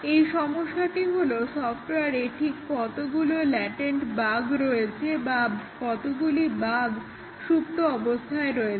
এই সমস্যাটি হলো সফট্ওয়ারে ঠিক কতগুলো ল্যাটেন্ট বাগ্ রয়েছে বা কতগুলি বাগ্ সুপ্ত অবস্থায় রয়েছে